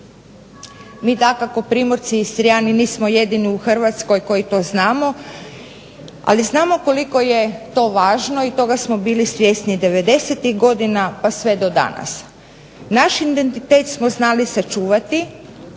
Mi dakako primorci, Istrijani nismo jedini u Hrvatskoj koji to znamo. Ali znamo koliko je to važno i toga smo bili svjesni i devedesetih godina pa sve do danas. Naš identitet smo znali sačuvati.